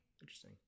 interesting